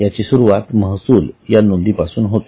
याची सुरुवात महसूल या नोंदी पासून होते